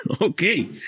Okay